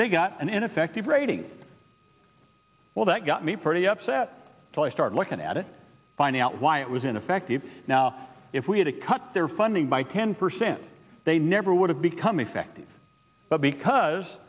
they got an ineffective rating well that got me pretty upset so i started looking at it finding out why it was ineffective now if we had to cut their funding by ten percent they never would have become effective because